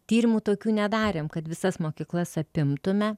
tyrimų tokių nedarėm kad visas mokyklas apimtume